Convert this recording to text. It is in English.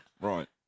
right